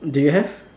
they have